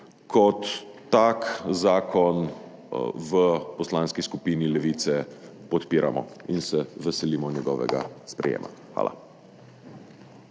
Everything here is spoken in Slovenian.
Kot tak zakon v Poslanski skupini Levica podpiramo in se veselimo njegovega sprejetja. Hvala.